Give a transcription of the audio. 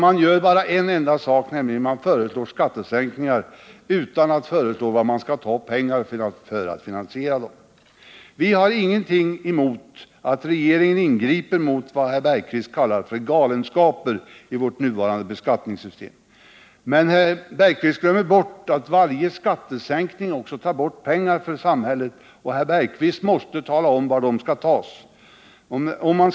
Man gör bara en enda sak, nämligen föreslår skattesänkningar utan att tala om var pengarna till finansieringen skall tas. Vi har ingenting emot att regeringen ingriper mot vad Holger Bergqvist kallar galenskaper i det nuvarande beskattningssystemet. Men Holger Bergqvist glömmer bort att varje skattesänkning också tar bort pengar för samhället. Holger Bergqvist måste tala om var de pengarna skall tas.